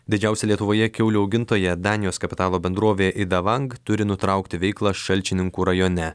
didžiausia lietuvoje kiaulių augintoja danijos kapitalo bendrovė idavang turi nutraukti veiklą šalčininkų rajone